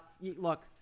Look